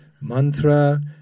mantra